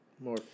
more